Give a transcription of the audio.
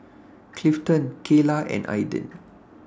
Clifton Kayla and Aidyn